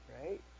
Right